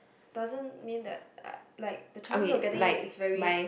doesn't mean that like the chances of getting in is very